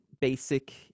basic